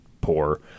poor